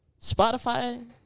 Spotify